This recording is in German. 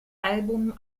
album